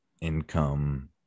income